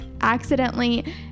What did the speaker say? accidentally